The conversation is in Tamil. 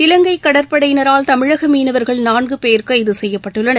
இலங்கைகடற்படையினரால் தமிழகமீனவர்கள் நான்குபோ் கைதுசெய்யப்பட்டுள்ளனர்